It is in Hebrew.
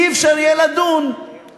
לא יהיה אפשר לדון בתקציב